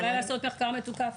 אולי לעשות מחקר מתוקף.